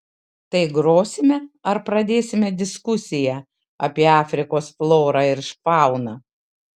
tai grosime ar pradėsime diskusiją apie afrikos florą ir fauną